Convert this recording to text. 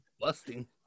busting